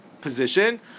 position